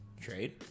trade